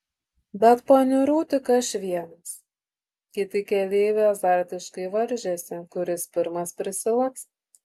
bet paniurau tik aš vienas kiti keleiviai azartiškai varžėsi kuris pirmas prisilaks